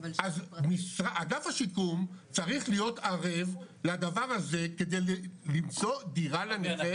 אז אגף השיקום צריך להיות ערב לדבר הזה כדי למצוא דירה לנכה.